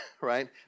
right